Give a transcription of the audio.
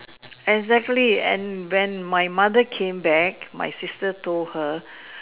exactly and when my mother came back my sister told her